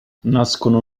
nascono